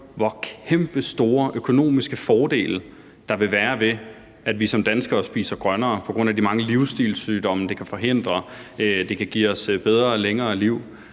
hvor kæmpestore økonomiske fordele der vil være, ved at vi som danskere spiser grønnere, på grund af de mange livsstilssygdomme, det kan forhindre. Det kan give os et bedre og længere liv.